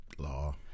Law